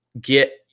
get